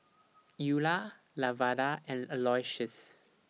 Eula Lavada and Aloysius